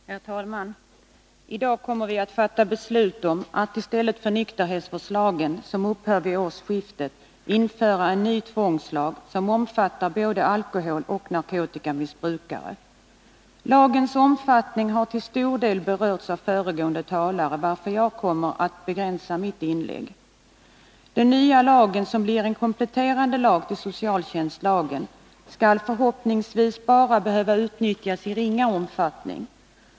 Herr talman! I dag kommer vi att fatta beslut om att i stället för nykterhetsvårdslagen, som upphör vid årsskiftet, införa en ny tvångslag, som omfattar både alkoholoch narkotikamissbrukare. Lagens omfattning har till stor del berörts av föregående talare, varför jag kommer att begränsa mitt inlägg. förhoppningsvis bara behöva utnyttjas i ringa omfattning.